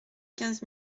quinze